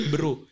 Bro